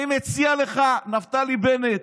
אני מציע לך, נפתלי בנט: